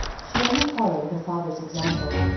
she only followed her father's example.